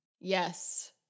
Yes